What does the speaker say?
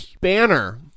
banner